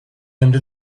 into